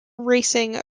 racing